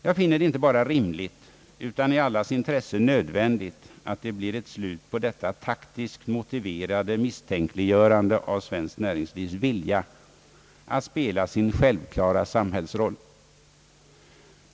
Jag finner det inte bara rimligt utan i allas intresse nödvändigt att det blir ett slut på detta taktiskt motiverade misstänkliggörande av svenskt näringslivs vilja att spela sin självklara samhällsroll.